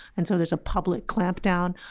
and so there's a public clampdown,